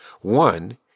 One